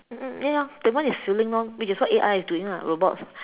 mm ya that one is feeling orh which is what A_I is doing lah robots